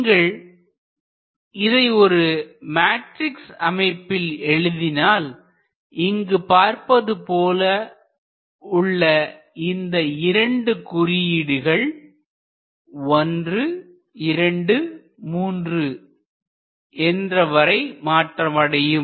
நீங்கள் இதை ஒரு மேட்ரிக்ஸ் அமைப்பில் எழுதினால் இங்கு பார்ப்பது போல உள்ள இந்த இரண்டு குறியீடுகள் 123 என்ற வரை மாற்றமடையும்